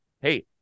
Hey